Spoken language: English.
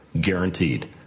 guaranteed